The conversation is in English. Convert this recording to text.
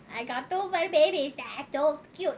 I got two fur babies that is so cute